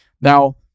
Now